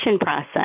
process